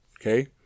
okay